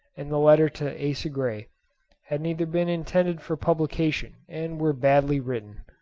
and the letter to asa gray had neither been intended for publication, and were badly written.